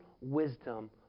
wisdom